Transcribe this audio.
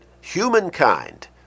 humankind